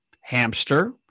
hamster